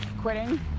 quitting